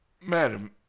Madam